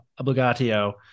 obligatio